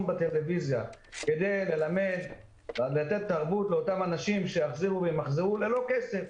בטלוויזיה כדי ללמד אנשים שימחזרו בקבוקים ללא כסף